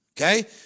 okay